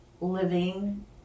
living